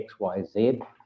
xyz